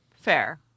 Fair